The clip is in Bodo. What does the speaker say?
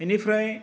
बेनिफ्राय